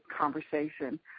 conversation